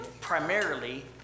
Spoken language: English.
primarily